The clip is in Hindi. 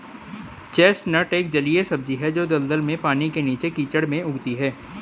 चेस्टनट एक जलीय सब्जी है जो दलदल में, पानी के नीचे, कीचड़ में उगती है